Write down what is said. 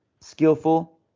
skillful